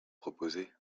proposé